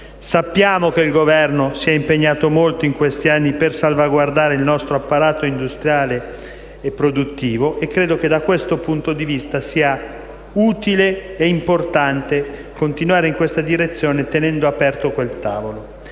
Sappiamo che il Governo si è impegnato molto in questi anni per salvaguardare il nostro apparato industriale e produttivo e credo che da questo punto di vista sia utile e importante continuare in questa direzione, tenendo aperto quel tavolo.